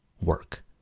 work